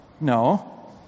No